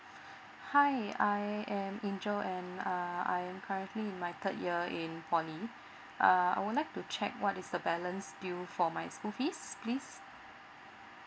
hi I am angel and uh I'm currently in my third year in poly uh I would like to check what is the balance due for my school fees please